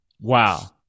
Wow